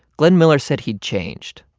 glenn miller said he'd changed,